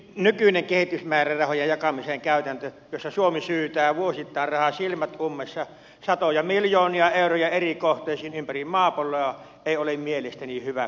nykyinen kehitysmäärärahojen jakamisen käytäntö jossa suomi syytää vuosittain rahaa silmät ummessa satoja miljoonia euroja eri kohteisiin ympäri maapalloa ei ole mielestäni hyväksyttävä